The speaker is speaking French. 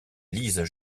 lisent